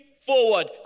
Forward